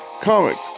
Comics